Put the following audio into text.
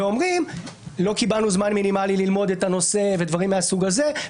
ואומרים: לא קיבלנו זמן מינימלי ללמוד את הנושא ודברים מהסוג הזה,